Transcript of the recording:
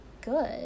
good